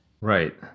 Right